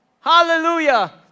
Hallelujah